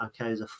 Okay